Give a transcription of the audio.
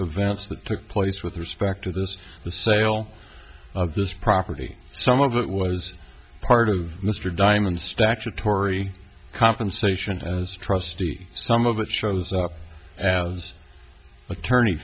events that took place with respect to this the sale of this property some of it was part of mr diamond statutory compensation as trustee some of it shows up as attorney